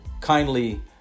kindly